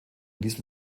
diesem